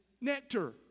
nectar